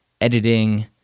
editing